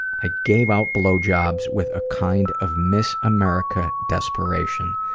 i gave out blowjobs with a kind of miss america desperation,